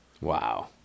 Wow